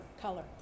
color